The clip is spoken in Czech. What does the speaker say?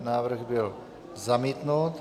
Návrh byl zamítnut.